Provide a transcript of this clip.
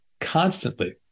constantly